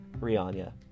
Rihanna